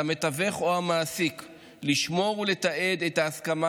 על המתווך או המעסיק לשמור ולתעד את ההסכמה